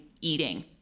eating